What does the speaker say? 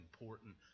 important